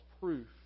proof